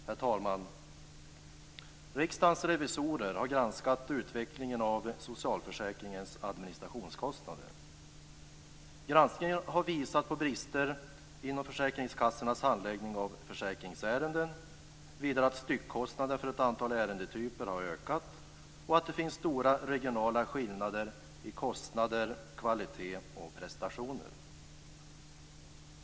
Herr talman! Riksdagens revisorer har granskat utvecklingen av socialförsäkringens administrationskostnader. Granskningen har visat på brister i försäkringskassornas handläggning av försäkringsärenden, vidare att styckkostnaderna för ett antal ärendetyper ökat och att det finns stora regionala skillnader i kostnader, kvalitet och prestationer.